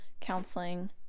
counseling